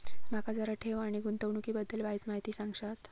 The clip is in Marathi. माका जरा ठेव आणि गुंतवणूकी बद्दल वायचं माहिती सांगशात?